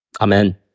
Amen